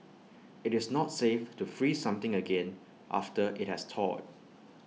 IT is not safe to freeze something again after IT has thawed